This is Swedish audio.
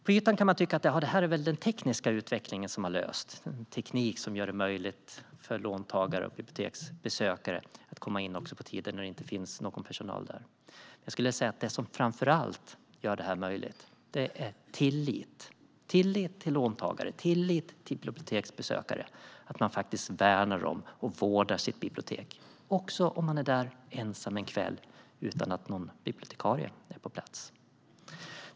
På ytan kan man tycka att det är den tekniska utvecklingen som har löst detta med teknik som gör det möjligt för låntagare och biblioteksbesökare att komma in också på tider när det inte finns någon personal på biblioteket. Jag skulle vilja säga att det som framför allt gör detta möjligt är tillit - tillit till låntagare och tillit till biblioteksbesökare när det gäller att man värnar och vårdar sitt bibliotek också om man är där ensam en kväll utan att någon bibliotekarie är på plats.